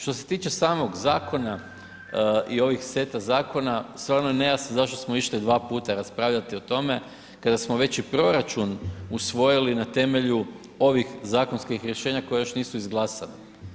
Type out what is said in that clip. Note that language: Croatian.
Što se tiče samog zakona i ovih seta zakona, stvarno je nejasno zašto smo išli dva puta raspravljati o tome kada smo već i proračun usvojili na temelju ovih zakonskih rješenja koja nisu izglasana.